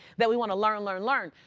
that we want to learn, learn, learn.